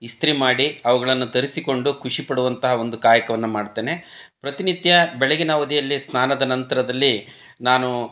ಇಸ್ತ್ರಿ ಮಾಡಿ ಅವುಗಳನ್ನ ಧರಿಸಿಕೊಂಡು ಖುಷಿಪಡುವಂಥ ಒಂದು ಕಾಯಕವನ್ನು ಮಾಡ್ತೇನೆ ಪ್ರತಿನಿತ್ಯ ಬೆಳಗಿನ ಅವಧಿಯಲ್ಲಿ ಸ್ನಾನದ ನಂತರದಲ್ಲಿ ನಾನು